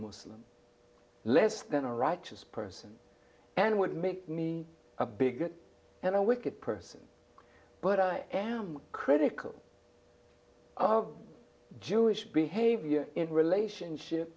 muslim less than a right as person and would make me a bigot and a wicked person but i am critical of jewish behavior in relationship